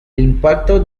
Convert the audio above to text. impacto